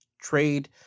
trade